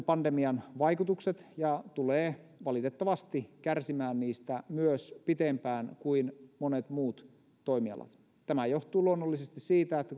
pandemian vaikutukset ja tulee valitettavasti kärsimään niistä myös pitempään kuin monet muut toimialat tämä johtuu luonnollisesti siitä että